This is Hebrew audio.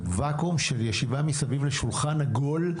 ואקום של ישיבה מסביב לשולחן עגול,